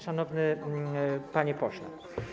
Szanowny Panie Pośle!